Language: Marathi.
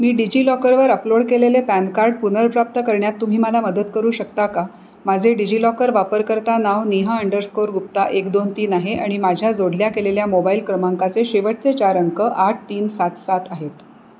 मी डिजिलॉकरवर अपलोड केलेले पॅन कार्ड पुनर्प्राप्त करण्यात तुम्ही मला मदत करू शकता का माझे डिजिलॉकर वापरकर्ता नाव नेहा अंडरस्कोर गुप्ता एक दोन तीन आहे आणि माझ्या जोडल्या गेलेल्या मोबाईल क्रमांकाचे शेवटचे चार अंक आठ तीन सात सात आहेत